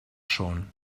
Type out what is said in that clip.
schon